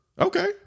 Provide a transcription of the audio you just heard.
Okay